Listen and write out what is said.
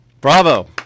Bravo